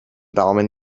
daumen